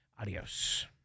Adios